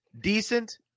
decent